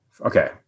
okay